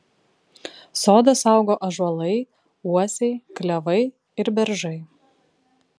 sodą saugo ąžuolai uosiai klevai ir beržai